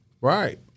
right